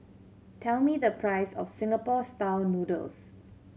tell me the price of Singapore Style Noodles